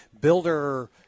builder